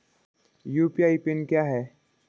UPI pin क्या है?